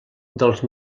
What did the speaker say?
dels